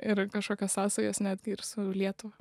ir kažkokios sąsajos netgi ir su lietuva